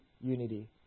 unity